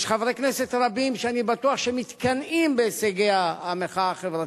ויש חברי כנסת רבים שאני בטוח שמתקנאים בהישגי המחאה החברתית.